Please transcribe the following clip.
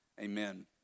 amen